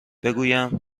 گروه